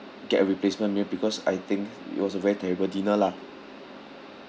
get a replacement meal because I think it was a very terrible dinner lah